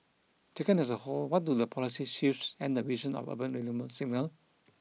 taken as a whole what do the policy shifts and the vision of urban renewal signal